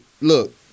look